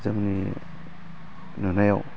जोंनि नुनायाव